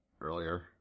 earlier